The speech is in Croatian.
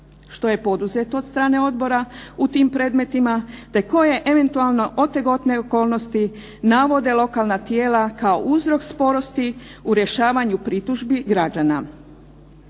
što je poduzeto od strane Odbora u tim predmetima, te koje eventualno otegotne okolnosti navode lokalna tijela kao uzrok sporosti u rješavanju pritužbi građana.